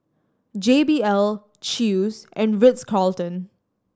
J B L Chew's and Ritz Carlton